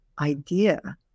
idea